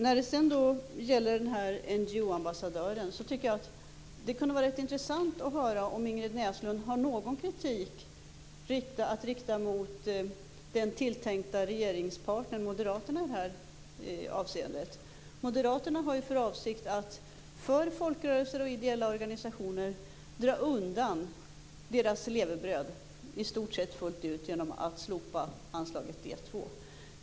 När det gäller NGO-ambassadören kunde det vara intressant att höra om Ingrid Näslund har någon kritik att rikta mot den tilltänkta regeringspartnern, moderaterna, i det här avseendet. Moderaterna har ju för avsikt att för folkrörelser och ideella organisationer dra undan deras levebröd i stort sett fullt ut genom att slopa anslaget D 2.